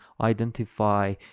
identify